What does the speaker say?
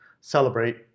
celebrate